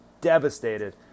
devastated